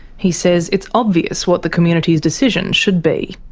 he says it's obvious what the community's decision should be.